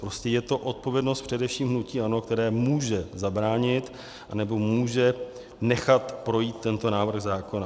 Prostě je to odpovědnost především hnutí ANO, které může zabránit, anebo může nechat projít tento návrh zákona.